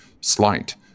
slight